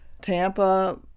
Tampa